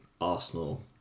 Arsenal